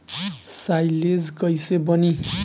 Silage कईसे बनी?